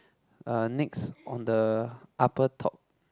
uh next on the upper top